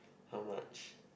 how much